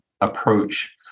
approach